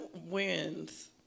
wins